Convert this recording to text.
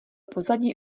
pozadí